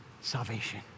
salvation